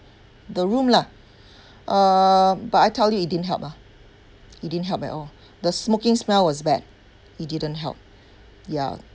the room lah uh but I tell you it didn't help lah it didn't help at all the smoking smell was bad it didn't help ya